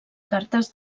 cartes